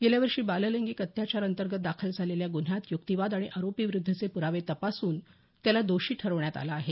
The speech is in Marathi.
गेल्यावर्षी बाललैंगिक अत्याचार अंतर्गत दाखल झालेल्या गुन्ह्यात युक्तिवाद आणि आरोपीविरुद्धचे पुरावे तपासून त्याला दोषी ठरवण्यात आलं आहे